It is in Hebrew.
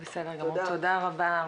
תודה.